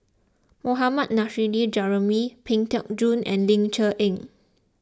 Mohammad Nurrasyid Juraimi Pang Teck Joon and Ling Cher Eng